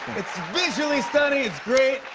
it's visually stunning. it's great.